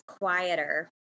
quieter